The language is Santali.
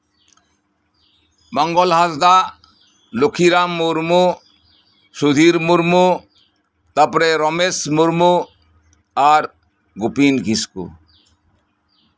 ᱢᱚᱝᱜᱚᱞ ᱦᱟᱸᱥᱫᱟ ᱞᱚᱠᱠᱷᱤᱨᱟᱢ ᱢᱩᱨᱢᱩ ᱥᱩᱫᱷᱤᱨ ᱢᱩᱨᱢᱩ ᱛᱟᱨᱯᱚᱨᱮ ᱨᱚᱢᱮᱥ ᱢᱩᱨᱢᱩ ᱟᱨ ᱜᱩᱯᱤᱱ ᱠᱤᱥᱠᱩ